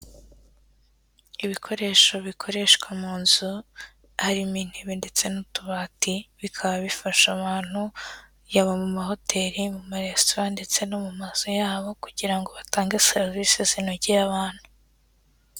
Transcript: Ibikoresho bikoreshwa mu nzu harimo intebe ndetse n'utubati, bikaba bifasha abantu, yaba mu mahoteli, mu maresitora ndetse no mu mazu, yabo kugira ngo batange serivisi zinogeye abantu.